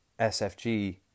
SFG